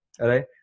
right